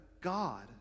God